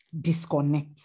disconnect